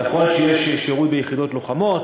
נכון שיש שירות ביחידות לוחמות,